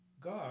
God